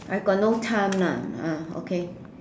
I've got no time lah ah okay